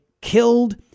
killed